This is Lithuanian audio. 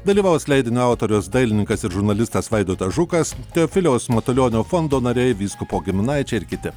dalyvaus leidinio autorius dailininkas ir žurnalistas vaidotas žukas teofiliaus matulionio fondo nariai vyskupo giminaičiai ir kiti